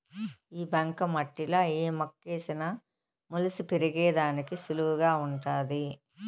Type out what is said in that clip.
ఈ బంక మట్టిలా ఏ మొక్కేసిన మొలిసి పెరిగేదానికి సులువుగా వుంటాది